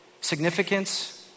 Significance